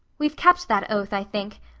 we've kept that oath, i think.